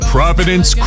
Providence